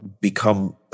become